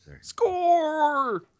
SCORE